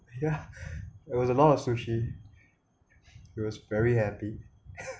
yeah it was a lot of sushi he was very happy